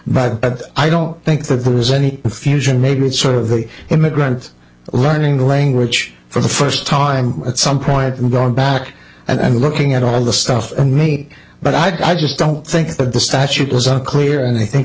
but i don't think that there is any confusion maybe it's sort of the immigrants learning the language for the first time at some point and going back and looking at all the stuff in me but i just don't think that the statutes are clear and i think